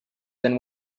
than